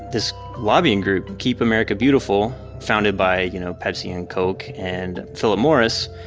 this lobbying group, keep america beautiful, founded by you know pepsi and coke and phillip morris,